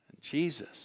Jesus